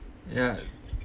ya